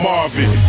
Marvin